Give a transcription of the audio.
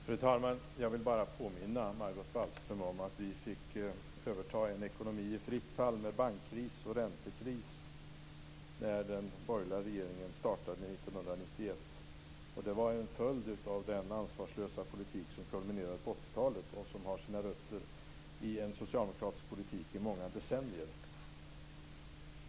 Fru talman! Jag vill bara påminna Margot Wallström om att vi fick överta en ekonomi i fritt fall med bankkris och räntekris när den borgerliga regeringen startade 1991. Det var en följd av den ansvarslösa politik som kulminerade på 80-talet och som har sina rötter i en socialdemokratisk politik i många decennier.